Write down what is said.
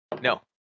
No